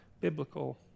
biblical